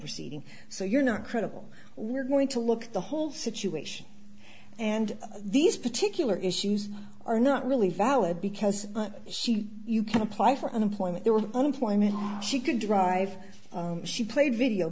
proceeding so you're not credible we're going to look at the whole situation and these particular issues are not really valid because she you can apply for unemployment there was an employment she could drive she played video